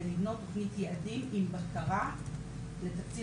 ולבנות תכנית יעדים עם בקרה לתקציב